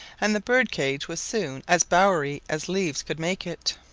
and the bird-cage was soon as bowery as leaves could make it.